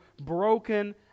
broken